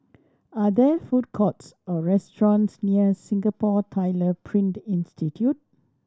are there food courts or restaurants near Singapore Tyler Print Institute